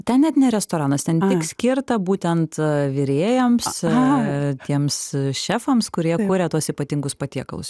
ten net ne restoranas ten tik skirta būtent virėjams tiems šefams kurie kuria tuos ypatingus patiekalus